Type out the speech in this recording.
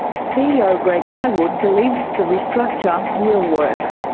ceo greg hywood believes the restructure will work,